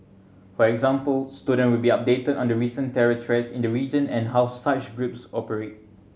for example student will be updated on the recent terror threats in the region and how such groups operate